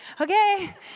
okay